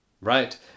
right